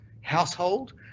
household